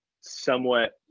somewhat